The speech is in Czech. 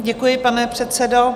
Děkuji, pane předsedo.